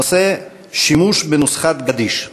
הנושא: שימוש בנוסחת גדיש.